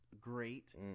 great